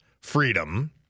freedom